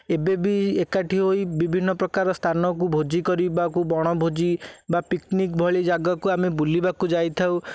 ଏବେବି ଏକାଠି ହୋଇ ବିଭିନ୍ନ ପ୍ରକାର ସ୍ଥାନକୁ ଭୋଜି କରିବାକୁ ବଣଭୋଜି ବା ପିକନିକ୍ ଭଳି ଜାଗାକୁ ଆମେ ବୁଲିବାକୁ ଯାଇଥାଉ